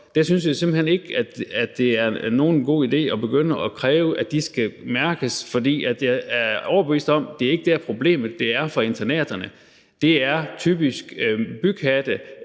jeg simpelt hen ikke, at det er nogen god idé at begynde at kræve, at de katte skal mærkes, for jeg er overbevist om, at det ikke er der, problemet er. Det er internaterne, der har problemet,